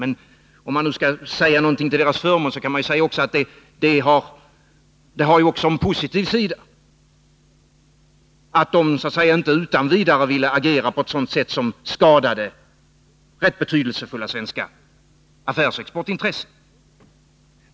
Men om det nu skall sägas någonting till statsrådens förmån kan vi också säga att det tillhör den positiva sidan att de inte utan vidare ville agera på ett sådant sätt som kunde ha skadat rätt betydelsefulla affärsexportintressen.